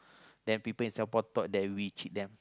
then people in Singapore thought that we cheat them